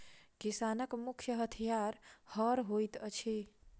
किसानक मुख्य हथियार हअर होइत अछि